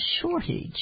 shortage